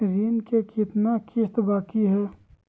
ऋण के कितना किस्त बाकी है?